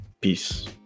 peace